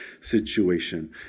situation